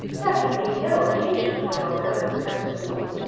there can be no occasion for your going so soon.